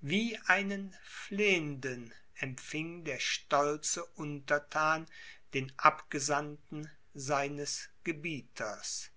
wie einen flehenden empfing der stolze unterthan den abgesandten seines gebieters